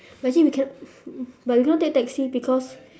but actually we cannot but we cannot take taxi because